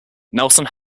nelson